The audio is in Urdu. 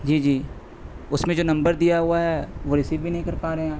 جی جی اس میں جو نمبر دیا ہوا ہے وہ ریسیو بھی نہیں کر پا رہے ہیں